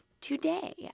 today